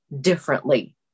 differently